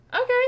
okay